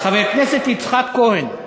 חבר הכנסת יצחק כהן,